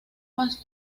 más